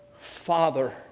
Father